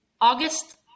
August